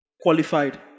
qualified